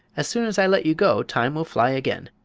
as soon as i let you go time will fly again.